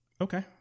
Okay